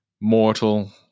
mortal